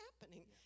happening